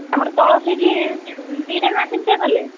ଆମର ତଳ ସିଟ୍ ଦୁଇଟା ନା ତିନିଟା କଲେ